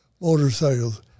motorcycles